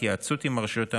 בהתייעצות עם הרשויות האמורות,